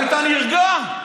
היית נרגע.